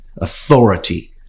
authority